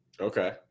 Okay